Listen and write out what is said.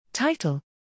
Title